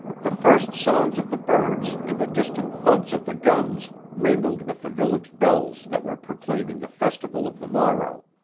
the first songs of the birds and the distant thuds of the guns mingled with the village bells that were proclaiming the festival of the morrow.